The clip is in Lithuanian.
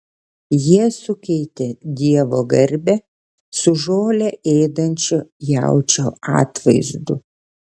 jie sukeitė dievo garbę su žolę ėdančio jaučio atvaizdu